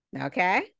Okay